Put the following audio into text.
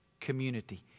community